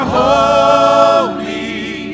Holy